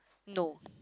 no